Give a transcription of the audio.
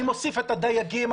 אני מוסיף את הדייגים,